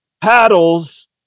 paddles